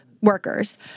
workers